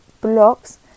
blocks